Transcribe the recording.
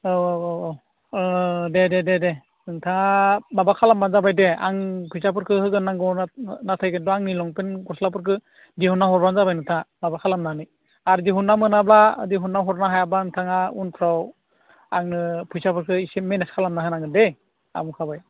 औ औ औ औ ओ दे दे दे दे नोंथाङा माबा खालामब्लानो जाबाय दे आं फैसाफोरखो होगोन नांगौब्ला नाथाय खिन्थु आंनि लंपेन्ट गस्लाफोरखो दिहुनना हरब्लानो जाबाय नोंथाङा माबा खालामनानै आरो दिहुनना मोनाब्ला दिहुनना हरनो हायाब्ला नोंथाङा उनफ्राव आंनो फैसाफोरखौ एसे मेनेज खालामना होनांगोन दै आं बुंखाबाय